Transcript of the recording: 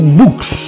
books